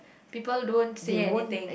people don't say anything